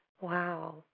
Wow